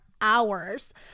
hours